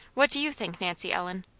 what do you think, nancy ellen?